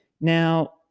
Now